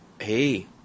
hey